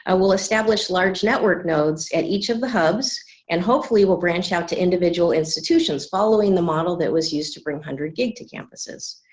ah will establish large network nodes at each of the hubs and hopefully will branch out to individual institutions following the model that was used to bring hundred gig to campuses.